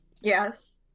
Yes